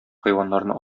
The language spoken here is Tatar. хайваннарны